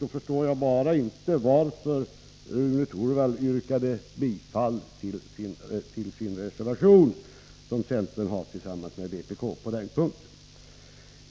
Jag förstår bara inte varför Rune Torwald yrkade bifall till centerns och vpk:s gemensamma reservation på den punkten.